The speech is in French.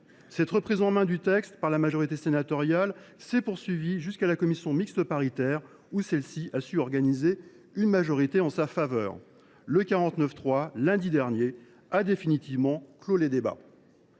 Cette reprise en main du texte par la majorité sénatoriale s’est poursuivie jusqu’à la commission mixte paritaire, où elle a su organiser une majorité en sa faveur. Et le recours au 49.3, lundi dernier, a définitivement clos le débat.